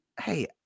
hey